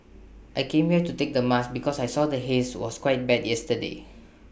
I came here to take the mask because I saw the haze was quite bad yesterday